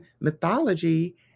mythology